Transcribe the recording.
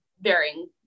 varying